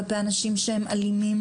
כלפי אנשים אלימים.